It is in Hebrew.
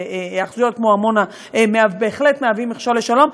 היאחזויות כמו עמונה בהחלט מהוות מכשול לשלום.